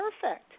perfect